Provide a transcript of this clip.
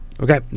Okay